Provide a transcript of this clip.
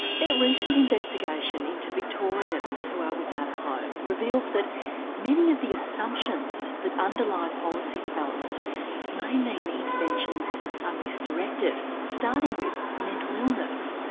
their recent investigation into victorians who are without a home reveals that many of the assumptions that underlie policy developments may mean interventions are misdirected starting with mental illness.